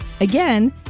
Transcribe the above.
Again